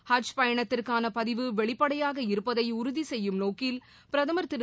ஹஜ் பயணத்திற்கானபதிவு வெளிப்படையாக இருப்பதைஉறுதிசெய்யும் நோக்கில் பிரதமர் திரு